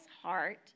heart